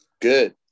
good